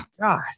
God